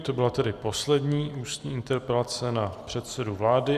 To byla tedy poslední ústní interpelace na předsedu vlády.